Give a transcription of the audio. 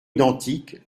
identiques